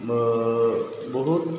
बहुद